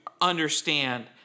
understand